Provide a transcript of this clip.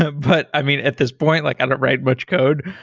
ah but i mean at this point, like i don't write much code,